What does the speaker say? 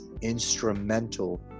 instrumental